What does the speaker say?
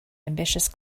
ambitious